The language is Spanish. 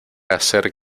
hacer